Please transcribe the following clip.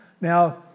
Now